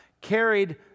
carried